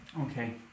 Okay